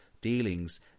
dealings